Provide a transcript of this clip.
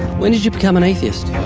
when did you become an atheist?